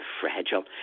fragile